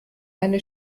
meine